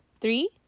Three